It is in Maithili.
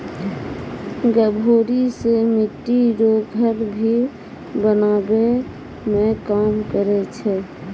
गभोरी से मिट्टी रो घर भी बनाबै मे काम करै छै